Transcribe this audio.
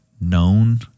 known